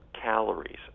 calories